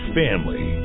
family